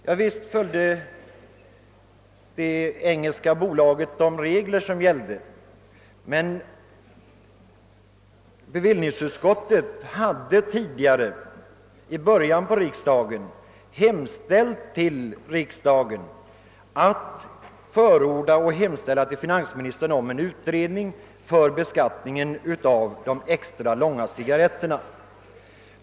Ja, visst följde det engelska bolaget gällande regler, men bevillningsutskottet hade tidigare, under vårsessionens början, hemställt att riksdagen måtte förorda och och hos finansministern anhålla om en utredning av beskattningen av de extra långa cigarretterna.